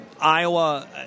Iowa